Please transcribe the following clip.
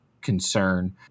concern